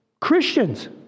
Christians